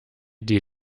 die